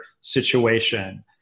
situation